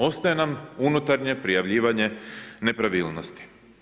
Ostaje nam unutarnje prijavljivanje nepravilnosti.